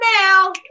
now